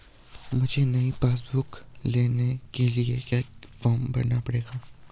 मुझे नयी passbook book लेने के लिए क्या फार्म भरना पड़ेगा?